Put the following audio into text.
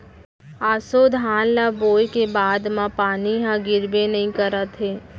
ऑसो धान ल बोए के बाद म पानी ह गिरबे नइ करत हे